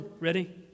ready